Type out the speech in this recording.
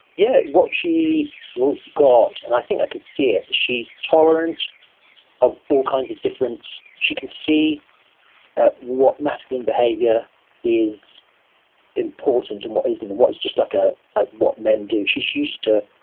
yeah, what she got, and i think i can see it, she's tolerant of all kinds of difference. she can see what masculine behavior is important and what isn't and what it's just like ah like what men do. she's used to,